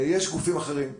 יש גופים אחרים.